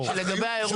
האחריות פה